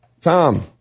Tom